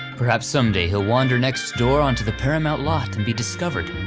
perhaps someday he'll wander next door onto the paramount lot and be discovered,